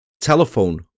Telephone